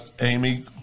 Amy